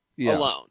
alone